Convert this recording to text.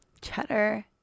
cheddar